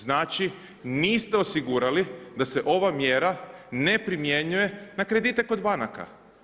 Znači niste osigurali da se ova mjera ne primjenjuje na kredite kod banaka.